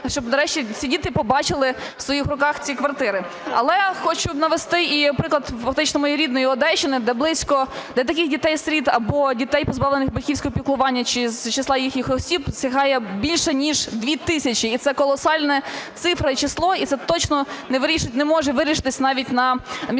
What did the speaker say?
щоб нарешті ці діти побачили в своїх руках ці квартири. Але хочу навести і приклад фактично мої рідної Одещини, де близько, де таких дітей-сиріт або дітей, позбавлених батьківського піклування, чи з числа їхніх осіб сягає більше ніж 2 тисячі. І це колосальні цифра і число, і це точно не може вирішитись навіть на місцевому рівні.